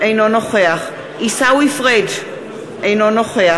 אינו נוכח עיסאווי פריג' אינו נוכח